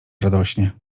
radośnie